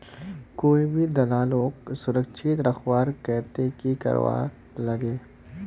कोई भी दालोक सुरक्षित रखवार केते की करवार लगे?